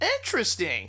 Interesting